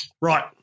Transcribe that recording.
Right